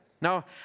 Now